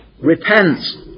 Repent